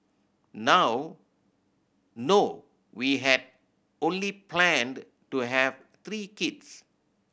now no we had only planned to have three kids